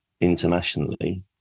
internationally